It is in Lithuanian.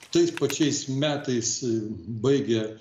tais pačiais metais baigę